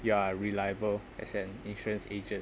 you are reliable as an insurance agent